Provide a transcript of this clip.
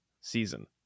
season